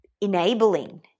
enabling